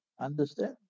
Understand